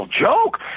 joke